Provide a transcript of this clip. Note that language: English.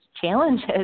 challenges